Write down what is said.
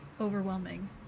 overwhelming